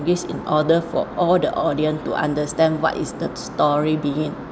language in order for all the audience to understand what is the story being